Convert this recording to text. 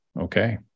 okay